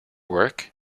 work